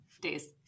days